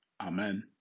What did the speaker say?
Amen